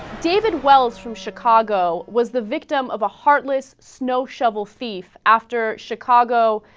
david wells from chicago was the victim of a heartless snow shovel thief after chicago